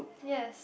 yes